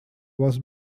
was